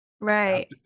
right